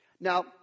Now